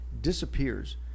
disappears